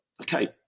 okay